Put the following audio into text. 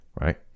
right